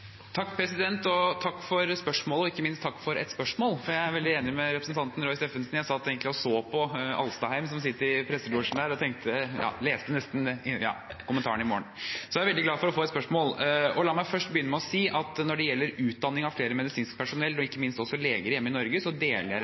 Takk for spørsmålet, og ikke minst takk for et spørsmål. Jeg er veldig enig med representanten Roy Steffensen. Jeg satt egentlig og så på Alstadheim, som sitter i presselosjen, og tenkte nesten hva jeg kunne lese i kommentaren i morgen. Så jeg er glad for å få et spørsmål. La meg først begynne med å si at når det gjelder utdanning av mer medisinsk personell, og ikke minst leger, hjemme i Norge, deler jeg representantens ambisjoner om det.